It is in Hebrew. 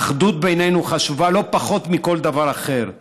האחדות בינינו חשובה לא פחות מכל דבר אחר.